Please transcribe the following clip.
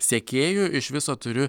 sekėjų iš viso turiu